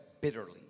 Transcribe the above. bitterly